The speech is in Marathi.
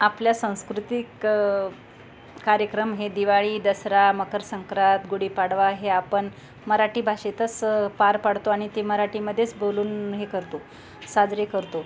आपल्या सांस्कृतिक कार्यक्रम हे दिवाळी दसरा मकर संक्रांत गुढीपाडवा हे आपण मराठी भाषेतच पार पाडतो आणि ते मराठीमध्येच बोलून हे करतो साजरे करतो